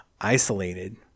isolated